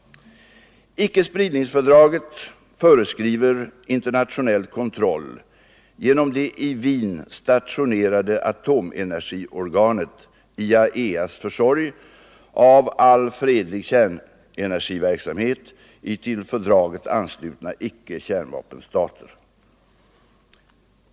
Icke-spridningsfördraget föreskriver internationell kontroll genom det i Wien stationerade atomenergiorganet IAEA:s försorg av all fredlig kärnenergiverksamhet i till fördraget anslutna icke-kärnvapenstater.